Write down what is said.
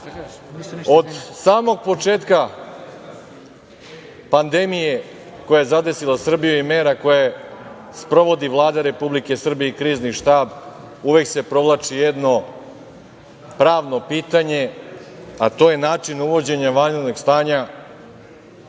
samog početka pandemije koja je zadesila Srbiju i mera koje sprovodi Vlada Republike Srbije i Krizni štab, uvek se provlači jedno pravno pitanje, a to je način uvođenja vanrednog stanja